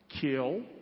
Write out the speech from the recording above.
kill